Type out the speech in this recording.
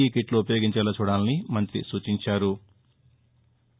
ఈ కిట్లు ఉపయోగించేలా చూడాలని మంతి సూచించారు